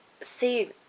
see